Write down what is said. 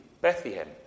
Bethlehem